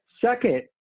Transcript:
Second